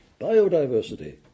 biodiversity